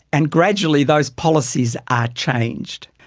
and gradually those policies are changed.